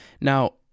Now